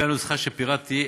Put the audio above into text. לפי הנוסחה שפירטתי,